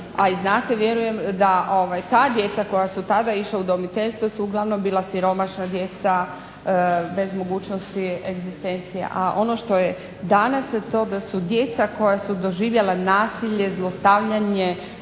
znate vjerujem da ta djeca koja su tada išla u udomiteljstvo su uglavnom bila siromašna djeca bez mogućnosti egzistencije, a ono što je danas se to da su djeca koja su doživjela nasilje, zlostavljanje,